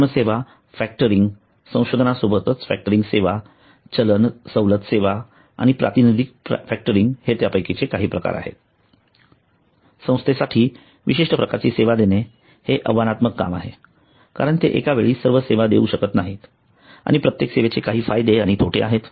संपूर्ण सेवा फॅक्टरिंग संसाधनासोबत फॅक्टरिंग सेवा चलन सवलत सेवा आणि प्रातिनिधिक फॅक्टरिंग हे त्यापैकी काही प्रकार आहेत संस्थेसाठी विशिष्ट प्रकारची सेवा देणे हे आव्हानात्मक काम आहे कारण ते एका वेळी सर्व सेवा देऊ शकत नाहीत आणि प्रत्येक सेवेचे काही फायदे आणि तोटे आहेत